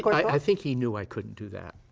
i think he knew i couldn't do that.